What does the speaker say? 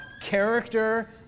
character